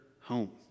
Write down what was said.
home